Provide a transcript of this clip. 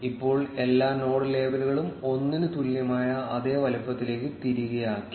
ഇപ്പോൾ നമുക്ക് എല്ലാ നോഡ് ലേബലുകളും 1 ന് തുല്യമായ അതേ വലുപ്പത്തിലേക്ക് തിരികെ ആക്കി